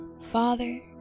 Father